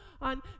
on